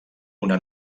una